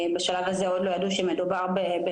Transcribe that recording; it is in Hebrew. בשלב הזה עוד לא ידעו שמדובר במלנומה,